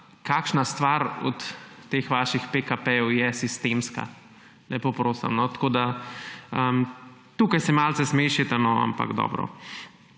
Kakšna stvar od teh vaših PKP je pa sistemska, lepo prosim? Tukaj se malce smešite, ampak dobro.